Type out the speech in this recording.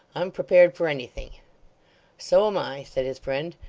i'm prepared for anything so am i said his friend,